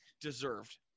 Deserved